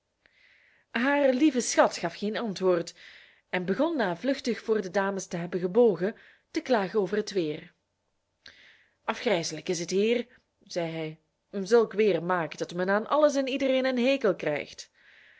haar lieve schat gaf geen antwoord en begon na vluchtig voor de dames te hebben gebogen te klagen over het weer afgrijselijk is het hier zei hij zulk weer maakt dat men aan alles en iedereen een hekel krijgt